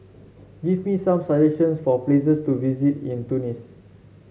give me some suggestions for places to visit in Tunis